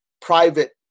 private